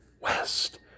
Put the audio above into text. West